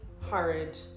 horrid